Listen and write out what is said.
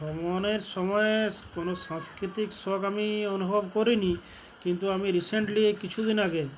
ভ্রমণের সময়ে কোনো সাংস্কৃতিক শখ আমি অনুভব করিনি কিন্তু আমি রিসেন্টলি কিছুদিন আগে